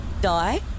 die